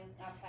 Okay